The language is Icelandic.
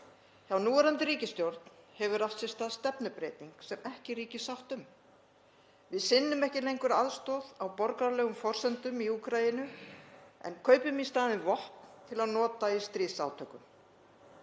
Hjá núverandi ríkisstjórn hefur átt sér stað stefnubreyting sem ekki ríkir sátt um. Við sinnum ekki lengur aðstoð á borgaralegum forsendum í Úkraínu en kaupum í staðinn vopn til að nota í stríðsátökum.